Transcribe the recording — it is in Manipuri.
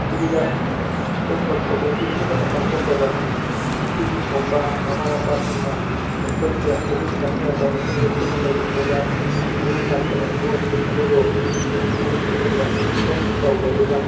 ꯄꯤꯊ꯭ꯔꯤꯕꯤꯗ ꯑꯇꯣꯞꯄ ꯀꯝꯃ꯭ꯌꯨꯅꯤꯇꯤ ꯑꯃꯇꯅ ꯄꯥꯡꯊꯣꯛꯇꯕ ꯃꯆꯤꯟ ꯃꯧꯄꯥ ꯃꯃꯥ ꯃꯄꯥꯁꯤꯡꯅ ꯃꯈꯣꯏꯒ ꯍꯧꯃꯤꯟ ꯀꯥꯃꯤꯝꯅꯔꯛꯄ ꯃꯈꯣꯏꯒ ꯄꯨꯟꯅ ꯂꯩꯃꯤꯟꯅꯔꯝꯕ ꯃꯌꯨꯝ ꯄꯥꯟꯈ꯭ꯔꯥꯕ ꯅꯤꯉꯣꯟꯁꯤꯡ ꯑꯗꯨꯕꯨ ꯆꯍꯤ ꯑꯃꯒꯤ ꯃꯅꯨꯡꯗ ꯑꯃꯨꯛꯇꯪ ꯀꯧꯖꯗꯨꯅ